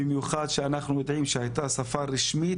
במיוחד כשאנחנו יודעים שהשפה הייתה רשמית,